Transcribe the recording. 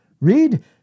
Read